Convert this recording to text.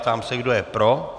Ptám se, kdo je pro.